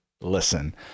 listen